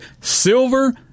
Silver